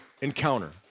encounter